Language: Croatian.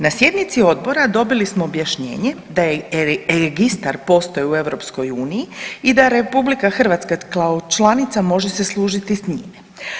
Na sjednici odbora dobili smo objašnjenje da je registar postoji u EU i da RH kao članica može se služiti s njim.